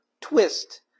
twist